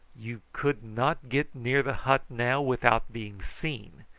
you could not get near the hut now without being seen.